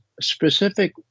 specific